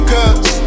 Cause